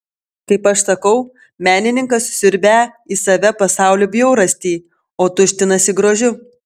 kaip aš sakau menininkas siurbią į save pasaulio bjaurastį o tuštinasi grožiu